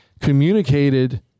communicated